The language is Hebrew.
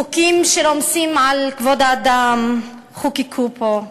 חוקים שרומסים את כבוד האדם חוקקו פה.